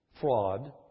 fraud